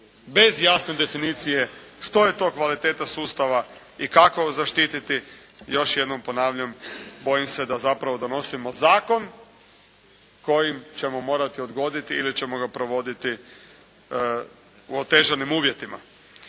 Bez jasne definicije što je to kvaliteta sustava i kako zaštititi još jednom ponavljam bojim se da donosimo Zakon koji ćemo morati odgoditi ili ćemo ga provoditi u otežanim uvjetima.